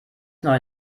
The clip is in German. neue